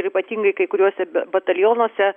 ir ypatingai kai kuriuose batalionuose